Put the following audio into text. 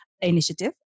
Initiative